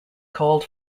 called